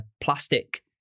plastic